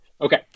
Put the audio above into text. Okay